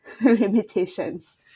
limitations